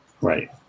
Right